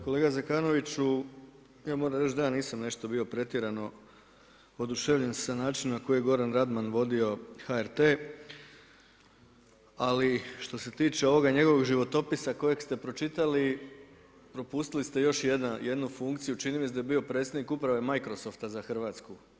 Kolega Zekanoviću, ja moram reći da ja nisam nešto bio pretjerano oduševljen sa načinom na koji je Goran Radman vodio HRT. ali što se tiče njegovog životopisa kojeg ste pročitali propustili ste još jednu funkciju, čini mi se da je bio predsjednik uprave Microsofta za Hrvatsku.